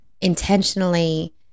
intentionally